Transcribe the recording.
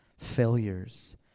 failures